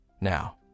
Now